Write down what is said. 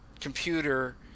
computer